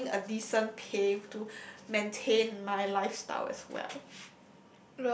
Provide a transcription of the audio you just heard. earning a decent pay to maintain my lifestyle as well